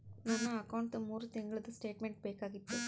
ನನ್ನ ಅಕೌಂಟ್ದು ಮೂರು ತಿಂಗಳದು ಸ್ಟೇಟ್ಮೆಂಟ್ ಬೇಕಾಗಿತ್ತು?